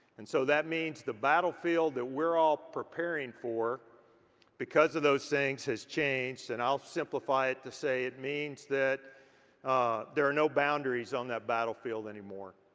and so that means the battlefield that we're all preparing for because of those things has changed and i'll simplify it to say it means that there are no boundaries on that battlefield anymore.